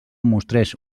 mostrés